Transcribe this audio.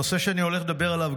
הנושא שאני הולך לדבר עליו,